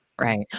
Right